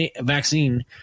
vaccine